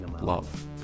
Love